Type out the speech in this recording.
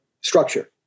structure